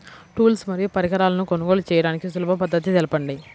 Tools మరియు పరికరాలను కొనుగోలు చేయడానికి సులభ పద్దతి తెలపండి?